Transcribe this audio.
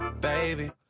baby